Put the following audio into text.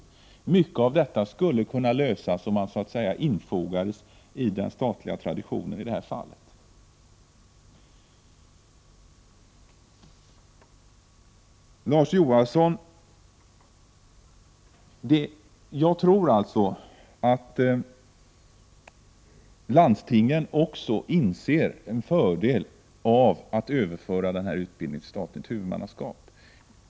Många av problemen skulle kunna lösas om den kommunala högskolan i detta avseende så att säga infogades i den statliga traditionen. Larz Johansson, jag tror att också landstingen inser en fördel med att överföra den här utbildningen till statligt huvudmannaskap.